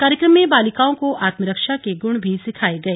कार्यक्रम में बालिकाओं को आत्मरक्षा के गुर भी सिखाये गए